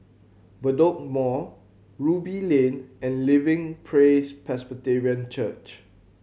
Bedok Mall Ruby Lane and Living Praise Presbyterian Church